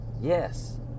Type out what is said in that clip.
Yes